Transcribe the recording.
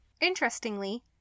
Interestingly